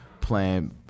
playing